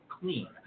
clean